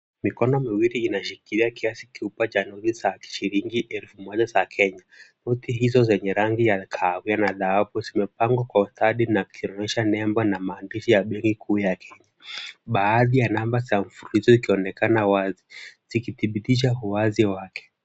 Mikono miwili inashikilia kiasi kikubwa cha noti za shilingi elfu moja za Kenya. Noti hizo zenye rangi ya kahawai na dhahabu zimepangwa kwa kadri, na ikionyesha nembo na maandishi ya benki kuu ya Kenya. Baadhi ya namba za mfululizo zikionekana wazi, zikidhibitisha uwazi wake.